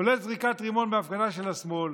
כולל זריקת רימון בהפגנה של השמאל,